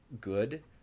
good